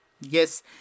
yes